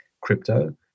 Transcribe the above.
crypto